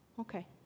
Okay